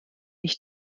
ich